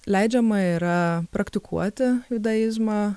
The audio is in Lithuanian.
leidžiama yra praktikuoti judaizmą